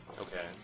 Okay